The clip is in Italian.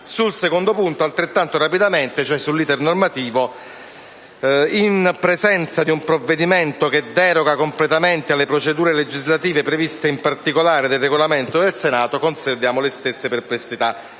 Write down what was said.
Sul secondo punto, cioè sull'*iter* normativo, in presenza di un provvedimento che deroga completamente alle procedure legislative previste in particolare dal Regolamento del Senato, conserviamo le stesse perplessità.